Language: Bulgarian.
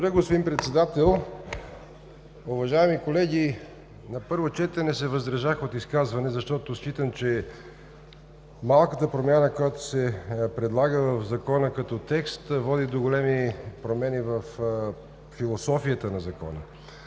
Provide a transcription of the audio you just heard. Благодаря, господин Председател. Уважаеми колеги, на първо четене се въздържах от изказване, защото считам, че малката промяна, която се предлага в Закона като текст, води до големи промени във философията на Закона.